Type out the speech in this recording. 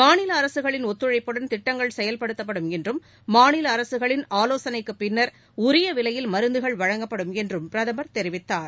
மாநிலஅரசுகளின் ஒத்துழைப்புடன் திட்டங்கள் செயல்படுத்தப்படும் என்றும் மாநிலஅரசுகளின் ஆலோசளைக்குப் பின்னர் உரியவிலையில் மருந்துகள் வழங்கப்படும் எனறும் பிரதமர் தெரிவித்தார்